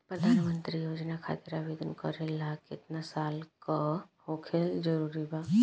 प्रधानमंत्री योजना खातिर आवेदन करे ला केतना साल क होखल जरूरी बा?